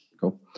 Cool